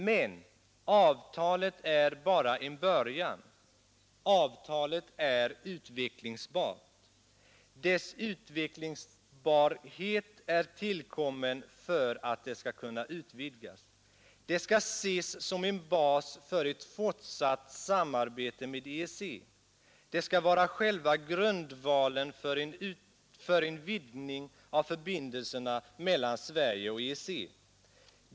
Men avtalet är bara en början. Avtalet är utvecklingsbart. Dess utvecklingsbarhet är tillkommen för att det skall kunna utvidgas. Det skall ses som en bas för ett fortsatt samarbete med EEC. Det skall vara själva grundvalen för en vidgning av förbindelserna mellan Sverige och EEC.